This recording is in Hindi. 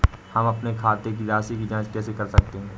हम अपने खाते की राशि की जाँच कैसे कर सकते हैं?